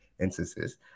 instances